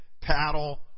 paddle